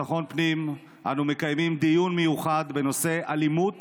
לביטחון פנים אנו מקיימים דיון מיוחד בנושא אלימות